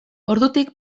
ordutik